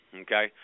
okay